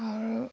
আৰু